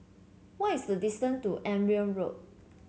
what is the distance to Edgeware Road